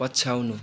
पछ्याउनु